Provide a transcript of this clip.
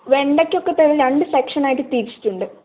വേണ്ടക്കയൊക്കെ തന്നെ രണ്ട് സെക്ഷൻ ആയിട്ട് തിരിച്ചിട്ടുണ്ട്